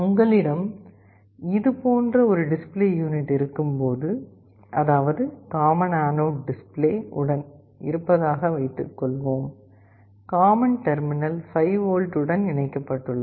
உங்களிடம் இது போன்ற ஒரு டிஸ்ப்ளே யூனிட் இருக்கும்போது அதாவது காமன் அனோட் டிஸ்ப்ளே இருப்பதாக வைத்துக் கொள்வோம் காமன் டெர்மினல் 5V உடன் இணைக்கப்பட்டுள்ளது